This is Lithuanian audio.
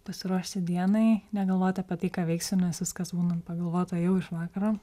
pasiruošti dienai negalvoti apie tai ką veiksiu nes viskas būna pagalvota jau iš vakaro